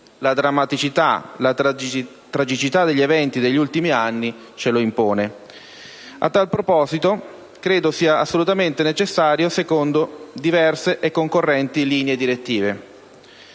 La drammaticità e la tragicità degli eventi degli ultimi anni ce lo impongono. A tal proposito, credo sia assolutamente necessario, secondo diverse e concorrenti linee direttive,